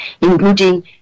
including